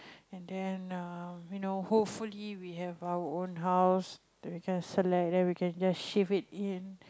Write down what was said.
and then err you know hopefully we have our own house that we can select then we can just shift it in